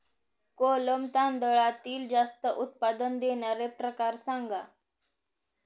कोलम तांदळातील जास्त उत्पादन देणारे प्रकार सांगा